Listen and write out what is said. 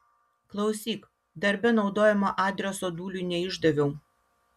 klausyk darbe naudojamo adreso dūliui neišdaviau